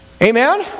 Amen